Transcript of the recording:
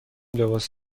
لباس